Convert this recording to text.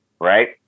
Right